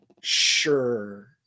Sure